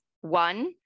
One